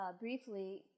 briefly